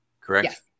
correct